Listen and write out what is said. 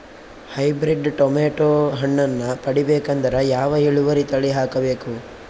Hybrid tomato ಹಣ್ಣನ್ನ ಪಡಿಬೇಕಂದರ ಯಾವ ಇಳುವರಿ ತಳಿ ಹಾಕಬೇಕು?